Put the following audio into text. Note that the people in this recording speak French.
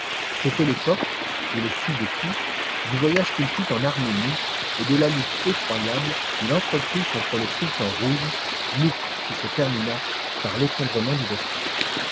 c'était l'époque je le sus depuis du voyage qu'il fit en arménie et de la lutte effroyable qu'il entreprit contre le sultan rouge lutte qui se termina par l'effondrement du despote